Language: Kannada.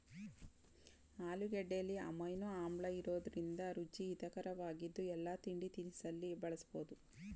ಆಲೂಗೆಡ್ಡೆಲಿ ಅಮೈನೋ ಆಮ್ಲಇರೋದ್ರಿಂದ ರುಚಿ ಹಿತರಕವಾಗಿದ್ದು ಎಲ್ಲಾ ತಿಂಡಿತಿನಿಸಲ್ಲಿ ಬಳಸ್ಬೋದು